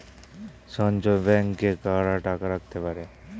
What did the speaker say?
সঞ্চয় ব্যাংকে কারা টাকা রাখতে পারে?